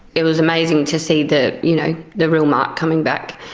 it was amazing to see the you know the real mark coming back.